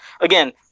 again